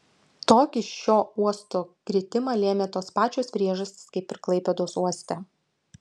tokį šio uosto kritimą lėmė tos pačios priežastys kaip ir klaipėdos uoste